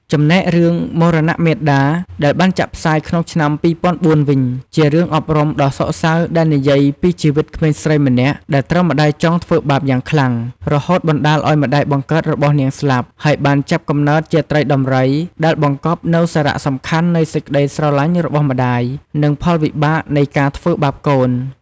ចំណែករឿង មរណៈមាតា ដែលបានចាក់ផ្សាយក្នុងឆ្នាំ ២០០៤ វិញ ជារឿងអប់រំដ៏សោកសៅដែលនិយាយពីជីវិតក្មេងស្រីម្នាក់ដែលត្រូវម្ដាយចុងធ្វើបាបយ៉ាងខ្លាំង រហូតបណ្ដាលឱ្យម្ដាយបង្កើតរបស់នាងស្លាប់ ហើយបានចាប់កំណើតជាត្រីដំរី ដែលបង្កប់នូវសារៈសំខាន់នៃសេចក្ដីស្រឡាញ់របស់ម្ដាយ និងផលវិបាកនៃការធ្វើបាបកូន។។